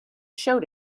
showed